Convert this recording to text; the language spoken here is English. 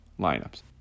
lineups